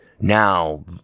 now